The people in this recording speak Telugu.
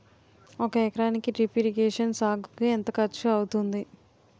ఒక ఎకరానికి డ్రిప్ ఇరిగేషన్ సాగుకు ఎంత ఖర్చు అవుతుంది?